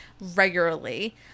regularly